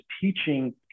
teaching